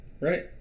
Right